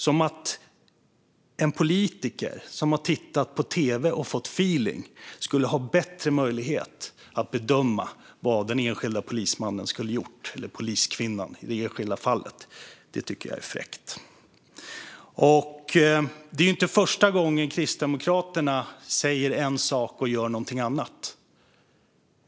Som om en politiker som har tittat på tv och fått feeling skulle ha bättre möjlighet att bedöma vad den enskilda polismannen eller poliskvinnan skulle ha gjort i det enskilda fallet. Jag tycker det är fräckt. Det är heller inte första gången Kristdemokraterna säger en sak och gör någonting annat.